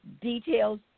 details